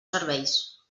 serveis